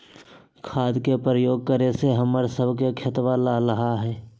खाद के प्रयोग करे से हम्मर स के खेतवा लहलाईत हई